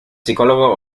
psicólogo